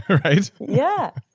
right? yeah,